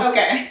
Okay